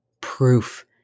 proof